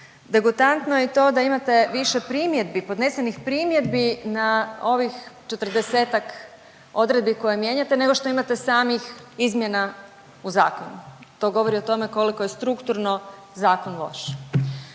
Degutantno je i to da imate više primjedbi, podnesenih primjedbi na ovih 40-ak odredbi koje mijenjate nego što imate samih izmjena u zakonu. To govori o tome koliko je strukturno zakon loš.